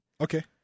Okay